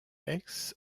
aix